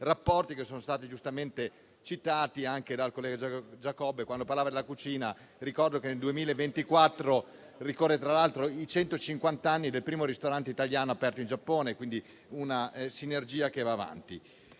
rapporti che sono stati giustamente citati anche dal collega Giacobbe, quando parlava della cucina. Ricordo che nel 2024 ricorrono tra l'altro i centocinquant'anni del primo ristorante italiano aperto in Giappone, quindi è una sinergia che va avanti.